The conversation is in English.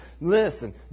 listen